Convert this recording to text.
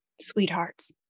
Sweethearts